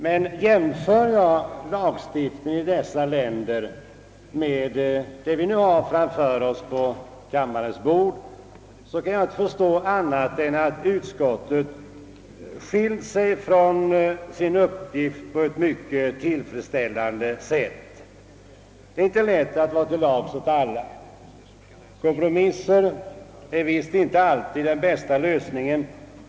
Men jämför man lagstiftningen i dessa länder med den lag som här föreslås, kan jag inte förstå annat än att utskottet skiljt sig från sin uppgift på ett mycket tillfredsställande sätt. Det är inte lätt att vara alla till lags, och en kompromiss är visst inte alltid den bästa lösningen.